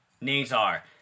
Nazar